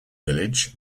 village